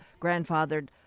grandfathered